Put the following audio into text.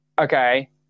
okay